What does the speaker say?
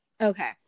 Okay